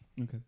Okay